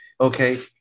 Okay